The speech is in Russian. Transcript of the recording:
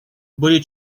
были